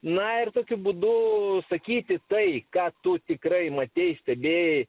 na ir tokiu būdu sakyti tai ką tu tikrai matei stebėjai